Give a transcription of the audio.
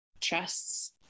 trusts